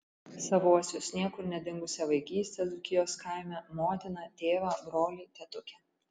savuosius niekur nedingusią vaikystę dzūkijos kaime motiną tėvą brolį tetukę